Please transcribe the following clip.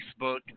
Facebook